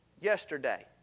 yesterday